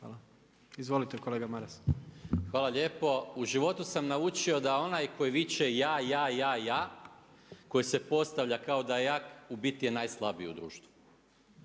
Maras. **Maras, Gordan (SDP)** Hvala lijepo. U životu sam naučio da onaj koji viče ja, ja, ja, ja, koji se postavlja kao da je jak, u biti je najslabiji u društvu.